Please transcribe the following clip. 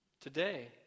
today